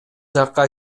жакка